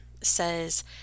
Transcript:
says